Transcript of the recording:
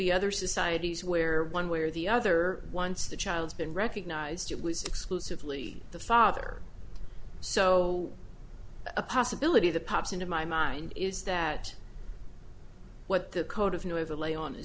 be other societies where one way or the other once the child's been recognized it was exclusively the father so a possibility that pops into my mind is that what the code of new overlay on